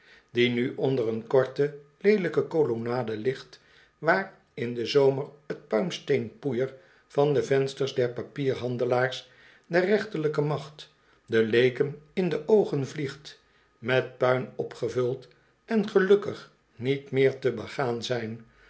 die nu onder een korte leelijke kolonnade ligt waar in den zomer t puimsteenpoeier van de vensters der papierhandelaars der rechterlijke macht de leeken inde oogen vliegt met puin opgevuld en gelukkig niet meer te begaan zijn